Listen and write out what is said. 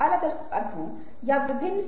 तो ये उदाहरण चरम सहानुभूति के भी हैं